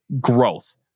growth